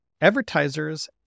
advertisers